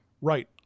Right